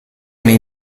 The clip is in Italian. nei